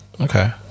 okay